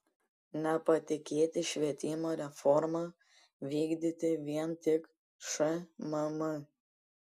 nepatikėti švietimo reformą vykdyti vien tik šmm